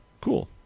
Cool